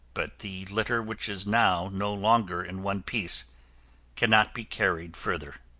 but the litter which is now no longer in one piece cannot be carried further.